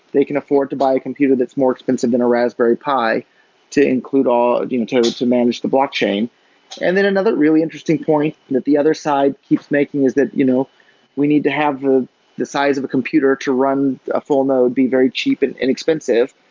they can afford to buy a computer that's more expensive than a raspberry pi to include all you know to manage the blockchain and then another really interesting point that the other side keeps making is that you know we need to have the the size of a computer to run a full node be very cheap and and expensive,